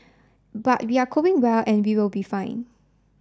but we are coping well and we will be fine